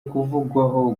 kuvugwaho